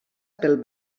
pel